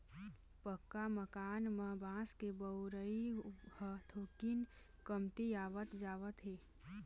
पक्का मकान म बांस के बउरई ह थोकिन कमतीयावत जावत हे